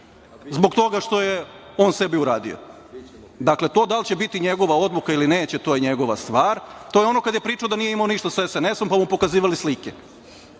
zbog toga što je on sebi uradio. Dakle, to da li će biti njegova odluka ili neće, to je njegova stvar. To je ono kad je pričao da nije imao ništa sa SNS, pa mu pokazivali slike